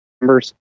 members